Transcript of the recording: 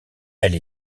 elle